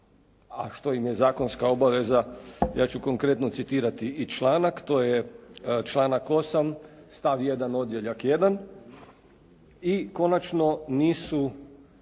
a što im je zakonska obaveza. Ja ću konkretno citirati i članak, to je članak 8. stav 1, odjeljak 1 i konačno nisu